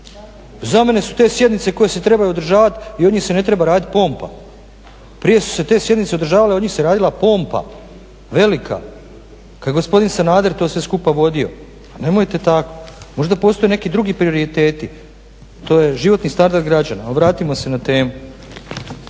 Za mene su te sjednice koje se trebaju održavati i od njih se ne treba raditi pompa. Prije su se te sjednice održavale, od njih se radila pompa, velika, kad je gospodin Sanader to sve skupa vodio. Pa nemojte tako. Možda postoje neki drugi prioriteti. To je životni standard građana obratimo se na temu.